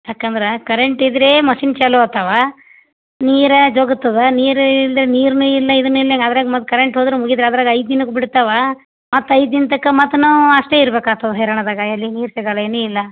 ಯಾಕಂದ್ರೆ ಕರೆಂಟ್ ಇದ್ದರೆ ಮಷೀನ್ ಚಾಲೂ ಆತವೆ ನೀರು ಜೋಗುತದೆ ನೀರು ಇಲ್ಲದೇ ನೀರೇ ಇಲ್ಲ ಇದೂ ಇಲ್ಲ ಅದ್ರಾಗ ಮತ್ತೆ ಕರೆಂಟ್ ಹೋದ್ರೆ ಮುಗಿತು ಅದ್ರಾಗ ಐದು ದಿನಕ್ ಬಿಡ್ತಾವೆ ಮತ್ತೆ ಐದು ದಿನ ತಕ ಮತ್ತೆ ನಾವು ಅಷ್ಟೇ ಇರ್ಬೇಕಾಗ್ತದೆ ಹೈರಾಣದಾಗ ಎಲ್ಲೂ ನೀರು ಸಿಗೋಲ್ಲ ಏನೂ ಇಲ್ಲ